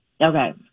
Okay